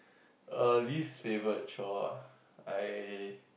err least favorite chore I